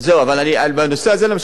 שם העוני יותר גדול,